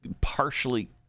partially